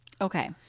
Okay